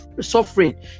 suffering